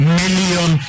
million